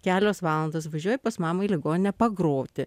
kelios valandos važiuoju pas mamą į ligoninę pagroti